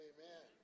Amen